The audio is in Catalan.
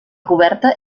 coberta